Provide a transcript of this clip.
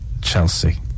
Chelsea